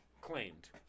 claimed